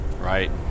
right